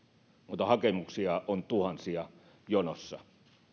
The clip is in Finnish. noita hakemuksia on tuhansia jonossa